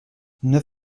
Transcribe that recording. neuf